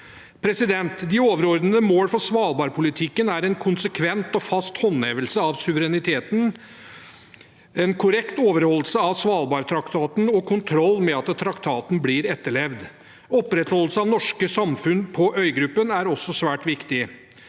oppstå. De overordnede mål for svalbardpolitikken er en konsekvent og fast håndhevelse av suvereniteten, en korrekt overholdelse av Svalbardtraktaten og kontroll med at traktaten blir etterlevd. Opprettholdelse av norske samfunn på øygruppen er også svært viktig.